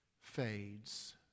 fades